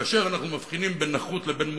כאשר אנחנו מבחינים בין נכות לבין מוגבלות,